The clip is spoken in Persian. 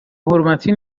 حرمتی